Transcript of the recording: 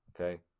Okay